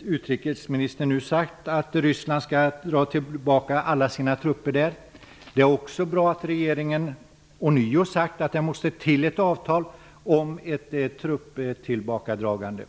utrikesministern nu har sagt att Ryssland skall dra tillbaka alla sina trupper från Baltikum. Det är också bra att regeringen ånyo har sagt att det måste till ett avtal om ett trupptillbakadragande.